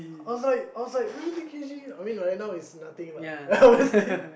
I was like I was like twenty K_G I mean right now is nothing lah obviously